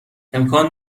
امکان